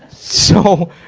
so,